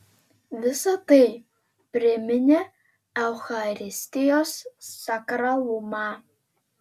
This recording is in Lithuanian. visa tai priminė eucharistijos sakralumą